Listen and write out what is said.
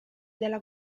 della